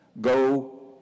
Go